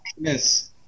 Yes